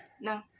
No